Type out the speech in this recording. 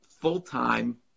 full-time